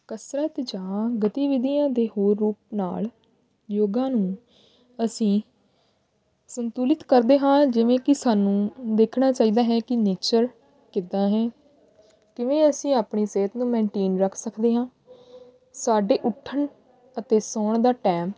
ਕਸਰਤ ਜਾਂ ਗਤੀਵਿਧੀਆਂ ਦੇ ਹੋਰ ਰੂਪ ਨਾਲ ਯੋਗਾਂ ਨੂੰ ਅਸੀਂ ਸੰਤੁਲਿਤ ਕਰਦੇ ਹਾਂ ਜਿਵੇਂ ਕਿ ਸਾਨੂੰ ਦੇਖਣਾ ਚਾਹੀਦਾ ਹੈ ਕਿ ਨੇਚਰ ਕਿੱਦਾਂ ਹੈ ਕਿਵੇਂ ਅਸੀਂ ਆਪਣੀ ਸਿਹਤ ਨੂੰ ਮੈਨਟੇਨ ਰੱਖ ਸਕਦੇ ਹਾਂ ਸਾਡੇ ਉੱਠਣ ਅਤੇ ਸੌਣ ਦਾ ਟਾਈਮ